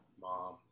mom